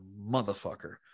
motherfucker